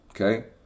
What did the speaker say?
Okay